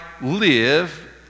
live